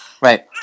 Right